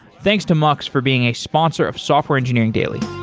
thanks to mux for being a sponsor of software engineering daily.